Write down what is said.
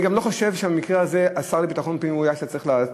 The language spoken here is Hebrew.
אני גם לא חושב שבמקרה הזה השר לביטחון פנים הוא היה זה שצריך לענות,